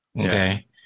Okay